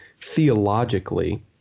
theologically